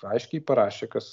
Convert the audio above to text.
aiškiai parašė kas